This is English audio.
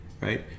right